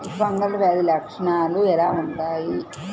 Fungal వ్యాధి లక్షనాలు ఎలా వుంటాయి?